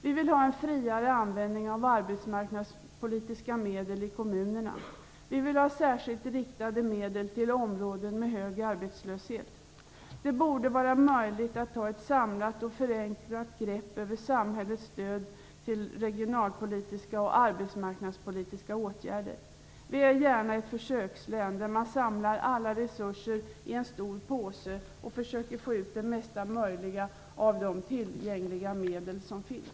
Vi vill ha en friare användning av arbetsmarknadspolitiska medel i kommunerna. Vi vill ha särskilt riktade medel till områden med hög arbetslöshet. Det borde vara möjligt att ta ett samlat och förenklat grepp över samhällets stöd till regionalpolitiska och arbetsmarknadspolitiska åtgärder. Vi är gärna ett försökslän, där man samlar alla resurser i en stor påse och försöker få ut det mesta möjliga av de tillgängliga medlen.